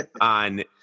on